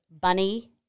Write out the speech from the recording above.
bunny